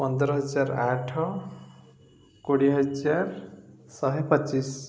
ପନ୍ଦର ହଜାର ଆଠ କୋଡ଼ିଏ ହଜାର ଶହେ ପଚିଶ